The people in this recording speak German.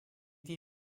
die